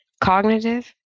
cognitive